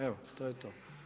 Evo to je to.